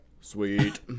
sweet